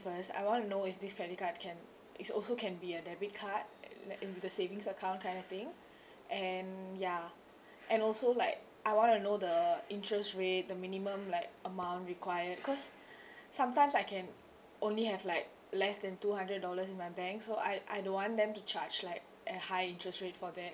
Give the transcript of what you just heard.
first I want to know if this credit card can is also can be a debit card uh like in the savings account kind of thing and ya and also like I want to know the interest rate the minimum like amount required because sometimes I can only have like less than two hundred dollars in my bank so I I don't want them to charge like a high interest rate for that